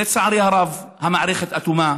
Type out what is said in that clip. לצערי הרב, המערכת אטומה,